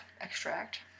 extract